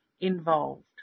involved